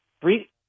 three